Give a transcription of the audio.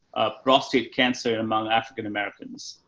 prostate cancer among african-americans,